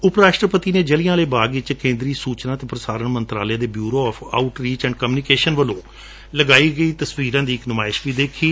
ਉਪਰਾਸ਼ਟਰਪਤੀ ਨੇ ਜਲ੍ਜਿਆਵਾਲਾ ਬਾਗ ਵਿਚ ਕੇਦਰੀ ਸੁਚਨਾ ਅਤੇ ਪ੍ਰਸਾਰਣ ਮੰਤਰਾਲੇ ਦੇ bureau of outreach and commissioner ਵੱਲੋਂ ਲਗਵਾਈ ਗਈ ਤਸਵੀਰਾਂ ਦੀ ਨੁਮਾਇਸ਼ ਵੀ ਦੇਖੀ